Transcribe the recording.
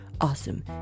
awesome